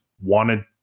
wanted